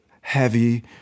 heavy